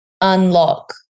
unlock